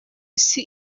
isi